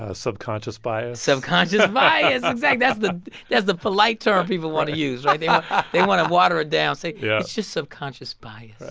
ah subconscious bias? subconscious bias, exactly. that's the that's the polite term people want to use, right? they they want to water it down, say, yeah it's it's just subconscious bias.